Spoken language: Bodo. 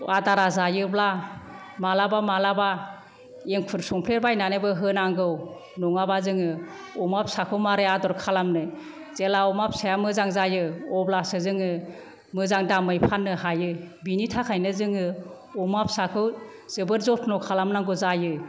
आदारा जायोब्ला मालाबा मालाबा एंखुर संफ्लेबायनानैबो होनांगौ नङाबा जोङो अमा फिसाखौ मारै आदर खालामनो जेब्ला अमा फिसाया मोजां जायो अब्लासो जोङो मोजां दामै फान्नो हायो बिनि थाखायनो जोङो अमा फिसाखौ जोबोर जथन' खालामनांगौ जायो